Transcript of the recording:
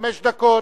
חמש דקות.